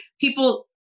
people